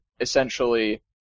essentially